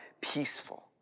peaceful